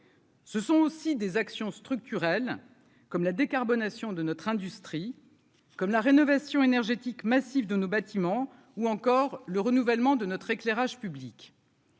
Ce sont aussi des actions structurelles comme la décarbonation de notre industrie, comme la rénovation énergétique massif de nos bâtiments ou encore le renouvellement de notre éclairage public.